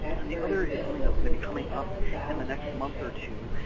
and the other is something that's going to be coming up in the next month or two,